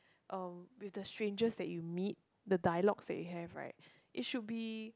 um with the strangers that you meet the dialogue they have right it should be